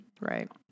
Right